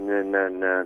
ne ne ne